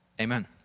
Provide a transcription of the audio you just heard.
amen